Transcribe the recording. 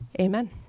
Amen